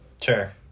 Sure